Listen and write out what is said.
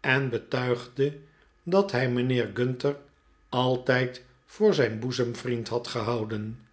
en betuigde dat hij mijnheer gunter altijd voor zijn boezemvriend had gehouden